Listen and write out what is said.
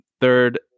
third